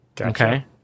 Okay